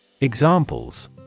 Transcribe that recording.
Examples